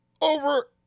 Over